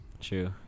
True